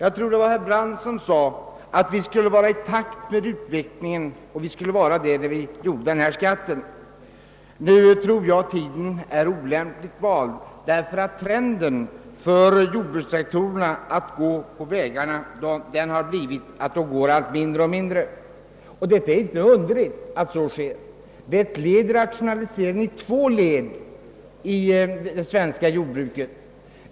Herr Brandt sade att det skulle stå i överensstämmelse med utvecklingen att införa denna skatt. Jag tror att detta är en felaktig uppfattning, eftersom trenden är att jordbrukstraktorerna i allt mindre utsträckning användes för vägtransporter. Det är inte underligt att så blivit fallet. Det är i två avseenden ett led i rationaliseringen inom jordbruket.